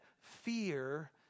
fear